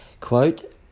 quote